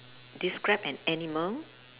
describe an animal